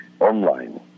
online